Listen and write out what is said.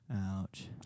Ouch